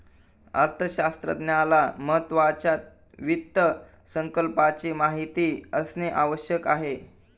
अर्थशास्त्रज्ञाला महत्त्वाच्या वित्त संकल्पनाची माहिती असणे आवश्यक आहे